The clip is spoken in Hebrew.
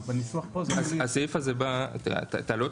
אבל בניסוח פה זה --- את העלויות